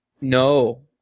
No